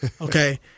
Okay